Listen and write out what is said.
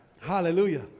Hallelujah